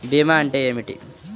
భీమా అంటే ఏమిటి?